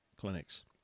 clinics